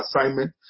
assignment